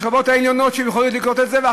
בשכבות העליונות שיכולות לקנות את הדירות.